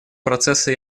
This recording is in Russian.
процесса